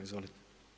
Izvolite.